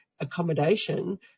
accommodation